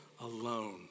alone